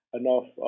enough